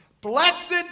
Blessed